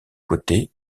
côtés